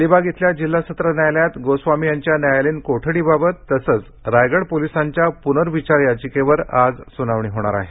अलिबाग इथल्या जिल्हा सत्र न्यायालयात अर्णब गोस्वामी यांच्या न्यायालयीन कोठडीबाबत तसंच रायगड पोलिसांच्या पुनर्विचार याचिकेवर आज सुनावणी होणार आहे